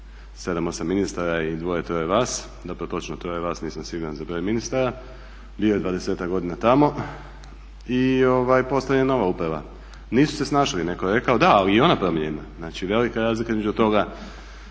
7-8 ministara i 2-3 vas, zapravo točno 3 vas, nisam siguran za broj ministara, bio je 20-ak godina tamo i postavljena nova uprava. Nisu se snašli netko je rekao, da, ali je i ona promijenjena. Znači velika razlika između toga,